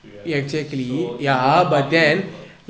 do you realise so we don't know how it will work